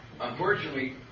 unfortunately